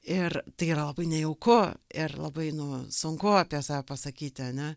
ir tai yra labai nejauku ir labai nu sunku apie save pasakyti ane